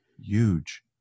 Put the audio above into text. huge